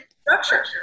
structure